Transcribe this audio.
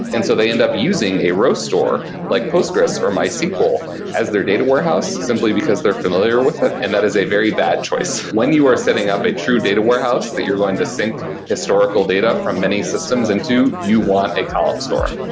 and so they end up using a row store, like postgres or mysql as their data warehouse simply because they're familiar with it, and that is a very bad choice. when you are setting up a true data warehouse that you're going to sync historical data from many systems into, you want a column store